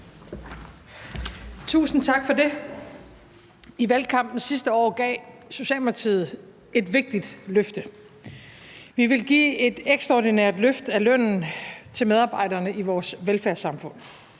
Tusind tak for det. I valgkampen sidste år gav Socialdemokratiet et vigtigt løfte. Vi vil give et ekstraordinært løft af lønnen til medarbejderne i vores velfærdssamfund